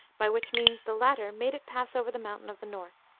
by which means the latter made it pass over the mountain of the north.